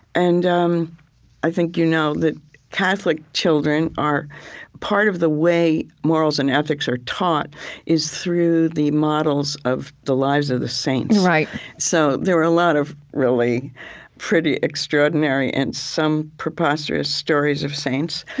and um i think you know that catholic children are part of the way morals and ethics are taught is through the models of the lives of the saints. so there were a lot of really pretty extraordinary and some preposterous stories of saints,